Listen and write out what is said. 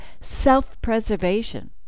self-preservation